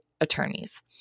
attorneys